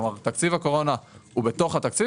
כלומר תקציב הקורונה הוא בתוך התקציב